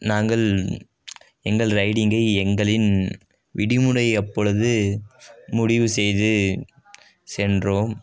நாங்கள் எங்கள் ரைடிங்கை எங்களின் விடுமுறை எப்பொழுது முடிவு செய்து சென்றோம்